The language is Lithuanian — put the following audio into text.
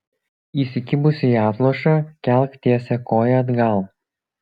įsikibusi į atlošą kelk tiesią koją atgal